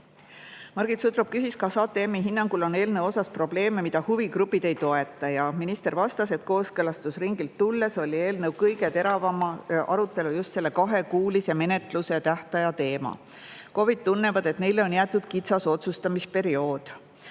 Margit Sutrop küsis, kas HTM‑i hinnangul on eelnõu puhul probleeme, mida huvigrupid ei toeta. Minister vastas, et kooskõlastusringilt tulles oli eelnõu kõige teravam arutelu just selle kahekuulise menetlustähtaja teemal. KOV‑id tunnevad, et neile on jäetud kitsas otsustamisperiood.